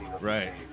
Right